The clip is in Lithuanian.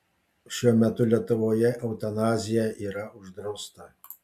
šiuo metu lietuvoje eutanazija yra uždrausta